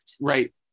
right